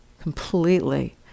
completely